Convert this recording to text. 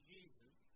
Jesus